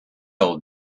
old